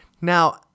Now